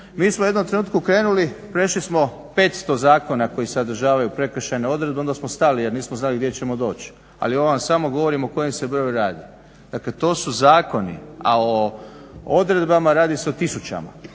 Mi smo u jednom trenutku krenuli, prešli smo 500 zakona koji sadržavaju prekršajne odredbe onda smo stali jer nismo znali gdje ćemo doći. Ali ovo vam samo govorim o kojem se broju radi. Dakle to su zakoni, a o odredbama radi se o tisućama.